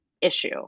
issue